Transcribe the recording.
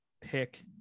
pick